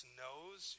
knows